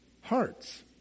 hearts